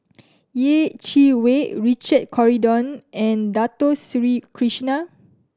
Yeh Chi Wei Richard Corridon and Dato Sri Krishna